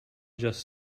just